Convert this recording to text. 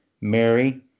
Mary